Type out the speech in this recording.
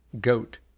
goat